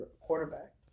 quarterback